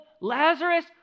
Lazarus